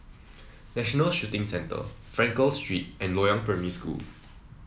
National Shooting Centre Frankel Street and Loyang Primary School